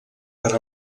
per